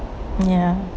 ya